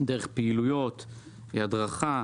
דרך פעילויות, הדרכה.